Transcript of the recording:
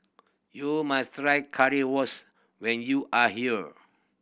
you must try Currywurst when you are here